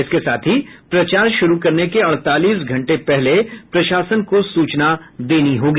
इसके साथ ही प्रचार शुरू करने के अड़तालीस घंटे पहले प्रशासन को सूचना देनी होगी